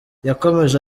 yakomeje